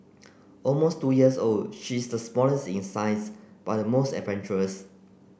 almost two years old she's the smallest in size but the most adventurous